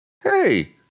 hey